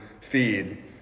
feed